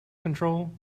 control